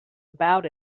about